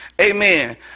Amen